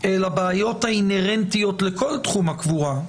אל הבעיות האינהרנטיות לכל תחום הקבורה,